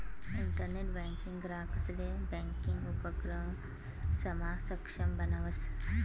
internet banking ग्राहकंसले banking उपक्रमसमा सक्षम बनावस